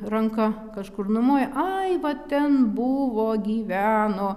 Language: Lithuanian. ranka kažkur numojo ai va ten buvo gyveno